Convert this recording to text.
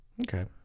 okay